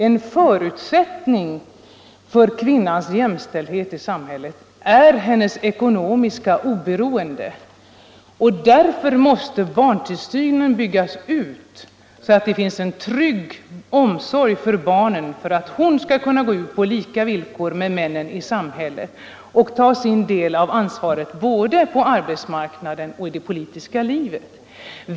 En förutsättning för kvinnans jämställdhet med mannen är hennes ekonomiska oberoende. Därför måste barntillsynen byggas ut, så att det finns en trygg omsorg för barnen. Då kan kvinnan gå ut i samhället på samma villkor som männen och ta sin del av ansvaret både på arbetsmarknaden och i det politiska livet.